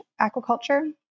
aquaculture